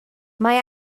mae